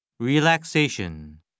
Relaxation